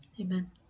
Amen